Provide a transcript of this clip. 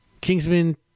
Kingsman